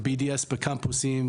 ב-BDS בקמפוסים,